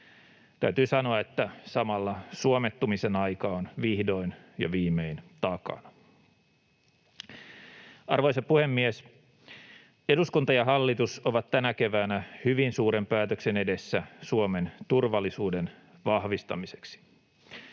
täytyy sanoa, että samalla suomettumisen aika on vihdoin ja viimein takana. Arvoisa puhemies! Eduskunta ja hallitus ovat tänä keväänä hyvin suuren päätöksen edessä Suomen turvallisuuden vahvistamiseksi.